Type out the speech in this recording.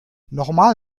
nochmal